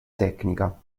tecnica